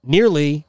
Nearly